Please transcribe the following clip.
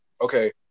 Okay